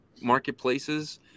marketplaces